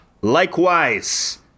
Likewise